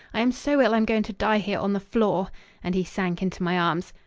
i am so ill i'm going to die here on the floor and he sank into my arms.